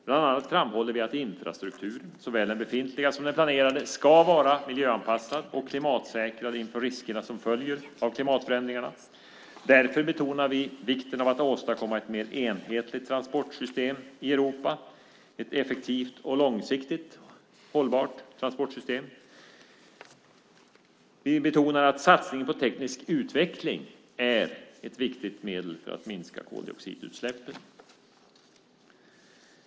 Bland annat framhåller vi att infrastrukturen, såväl den befintliga som den planerade, ska vara miljöanpassad och klimatsäkrad inför riskerna som följer av klimatförändringarna. Därutöver betonar vi vikten av att åstadkomma ett mer enhetligt, effektivt och långsiktigt hållbart transportsystem i Europa och att satsningar på teknisk utveckling är ett viktigt medel för att minska koldioxidutsläppen.